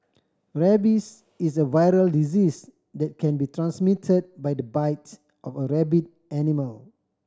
rabies is a viral disease that can be transmitted by the bite of a rabid animal